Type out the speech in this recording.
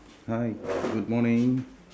hi good morning